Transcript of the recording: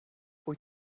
wyt